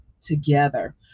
together